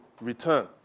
return